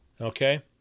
okay